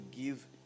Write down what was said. give